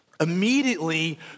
Immediately